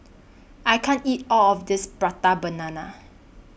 I can't eat All of This Prata Banana